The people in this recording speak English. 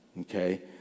okay